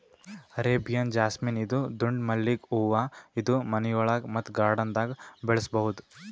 Arabian jasmine ಇದು ದುಂಡ್ ಮಲ್ಲಿಗ್ ಹೂವಾ ಇದು ಮನಿಯೊಳಗ ಮತ್ತ್ ಗಾರ್ಡನ್ದಾಗ್ ಬೆಳಸಬಹುದ್